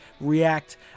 react